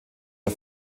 der